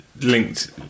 linked